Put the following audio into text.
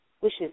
wishes